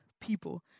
people